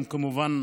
כמובן,